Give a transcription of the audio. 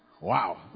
Wow